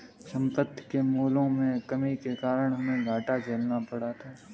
संपत्ति के मूल्यों में कमी के कारण हमे घाटा झेलना पड़ा था